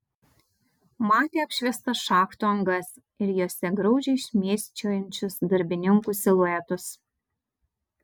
matė apšviestas šachtų angas ir jose graudžiai šmėsčiojančius darbininkų siluetus